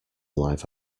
live